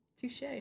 touche